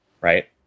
right